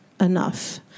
enough